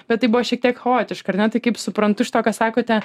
bet tai buvo šiek tiek chaotiška ar ne tai kaip suprantu iš to ką sakote